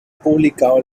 publicado